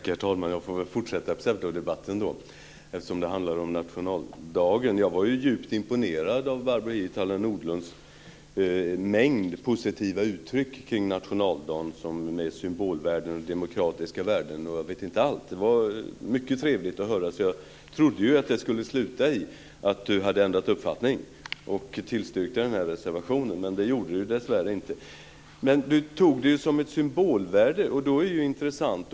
Herr talman! Jag får väl fortsätta pseudodebatten, eftersom det handlar om nationaldagen. Jag var djupt imponerad av Barbro Hietala Nordlunds alla positiva uttryck kring nationaldagen. Det handlade om symbolvärde, demokratiska värden och jag vet inte allt. Det var mycket trevligt att höra. Jag trodde att det skulle sluta i att Barbro Hietala Nordlund skulle säga att hon hade ändrat uppfattning och skulle tillstyrka den här reservationen, men det gjorde hon dessvärre inte. Barbro Hietala Nordlund talade om ett symbolvärde. Det är intressant.